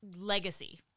legacy